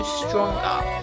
stronger